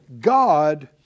God